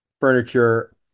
furniture